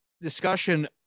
discussion